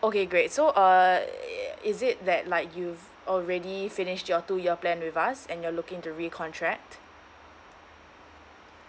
okay great so uh is it that like you already finish your two year plan with us and you're looking to recontract